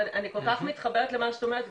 ואני כל כך מתחברת למה שאת אומרת.